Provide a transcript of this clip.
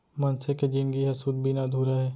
मनसे के जिनगी ह सूत बिना अधूरा हे